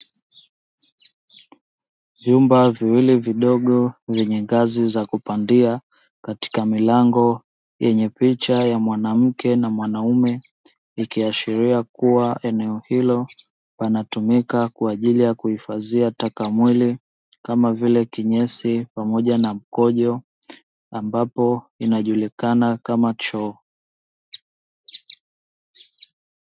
Vyumba viwili zidogo vyenye ngazi za kupandia katika milango yenye picha ya mwanamke na mwanaume, ikiashiria kuwa eneo hilo panatumika kwa ajili ya kuifadhia takamwili kama vile kinyesi pamoja na mkojo, ambapo inajulikana kama choo.